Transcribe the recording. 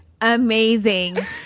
Amazing